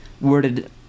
worded